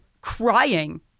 crying